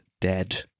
dead